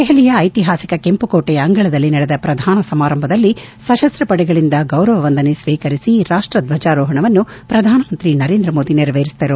ದೆಹಲಿಯ ಐತಿಹಾಸಿಕ ಕೆಂಪುಕೋಟೆಯ ಅಂಗಳದಲ್ಲಿ ನಡೆದ ಪ್ರಧಾನ ಸಮಾರಂಭದಲ್ಲಿ ಸಶಸ್ತಪಡೆಗಳಿಂದ ಗೌರವ ವಂದನೆ ಸ್ವೀಕರಿಸಿ ರಾಷ್ಟ ಧ್ವಜಾರೋಹಣವನ್ನು ಶ್ರಧಾನಮಂತ್ರಿ ನರೇಂದ್ರ ಮೋದಿ ನೆರವೇರಿಸಿದರು